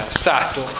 stato